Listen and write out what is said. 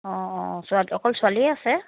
অঁ অঁ ছোৱালী অকল ছোৱালীয়ে আছে